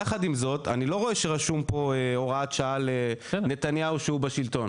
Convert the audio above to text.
יחד עם זאת אני לא רואה שרשום פה הוראת שעה לנתניהו שהוא בשלטון,